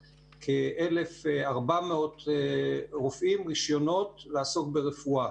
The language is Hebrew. כ-1,400 רופאים רישיונות לעסוק ברפואה.